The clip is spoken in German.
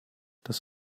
das